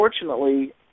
Unfortunately